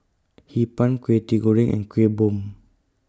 Hee Pan Kwetiau Goreng and Kuih Bom